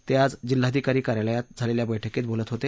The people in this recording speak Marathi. ते आज जिल्हाधिकारी कार्यालयात झालेल्या बैठकीत बोलत होते